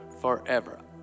forever